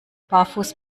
barfuß